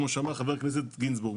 כמו שאמר חבר הכנסת גינזבורג,